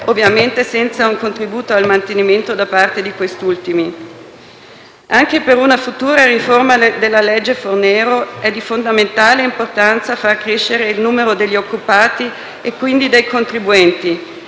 ovviamente senza un contributo al mantenimento da parte di questi ultimi. Anche per una futura riforma della legge Fornero è di fondamentale importanza far crescere il numero degli occupati e quindi dei contribuenti.